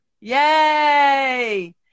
Yay